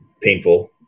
painful